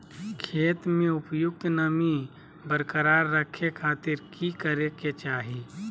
खेत में उपयुक्त नमी बरकरार रखे खातिर की करे के चाही?